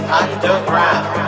underground